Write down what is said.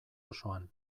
osoan